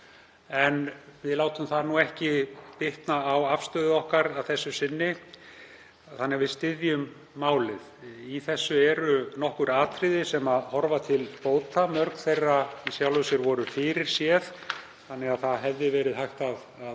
En við látum það ekki bitna á afstöðu okkar að þessu sinni þannig að við styðjum málið. Í þessu eru nokkur atriði sem horfa til bóta. Mörg þeirra voru í sjálfu sér fyrirséð þannig að það hefði verið hægt að